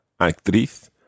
actriz